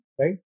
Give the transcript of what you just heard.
right